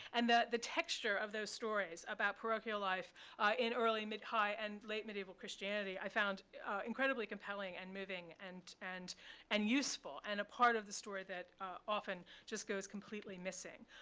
and the the texture of those stories about parochial life in early mid, high, and late medieval christianity, i found incredibly compelling, and moving, and and useful, and a part of the story that often just goes completely missing.